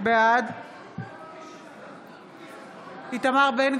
נגד יאיר גולן, בעד מאי גולן, נגד איתן גינזבורג,